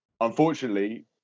unfortunately